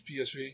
PSV